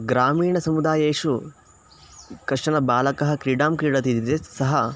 ग्रामीणसमुदायेषु कश्चन बालकः क्रीडां क्रीडति इति चेत् सः